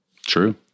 True